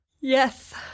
Yes